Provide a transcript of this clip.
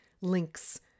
links